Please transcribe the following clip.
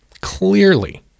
clearly